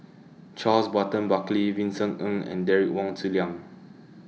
Charles Burton Buckley Vincent Ng and Derek Wong Zi Liang